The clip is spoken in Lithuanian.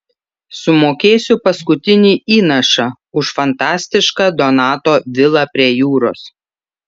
sumokėsiu paskutinį įnašą už fantastišką donato vilą prie jūros